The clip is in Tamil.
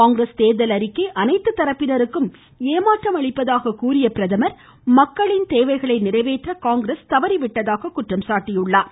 காங்கிரஸ் தேர்தல் அறிக்கை அனைத்து தரப்பினருக்கும் ஏமாற்றம் அளிப்பதாக கூறிய அவர் மக்களின் தேவைகளை நிறைவேற்ற காங்கிரஸ் தவறி விட்டதாக குற்றம் சாட்டினார்